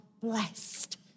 blessed